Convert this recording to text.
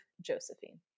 Josephine